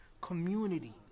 community